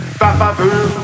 ba-ba-boo